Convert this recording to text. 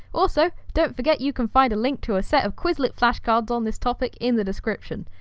also, don't forget you can find a link to a set of quizlet flashcards on this topic in the description,